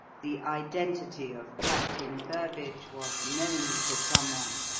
the identity of captain burbage was known to someone,